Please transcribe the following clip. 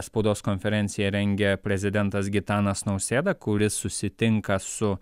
spaudos konferenciją rengia prezidentas gitanas nausėda kuris susitinka su